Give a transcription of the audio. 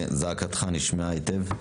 זעקתך נשמעה היטב.